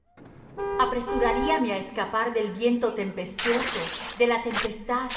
desierto selah apresuraríame á escapar del viento tempestuoso de la tempestad